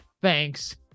Thanks